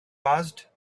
passed